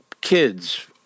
kids